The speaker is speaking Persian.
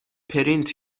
پرینت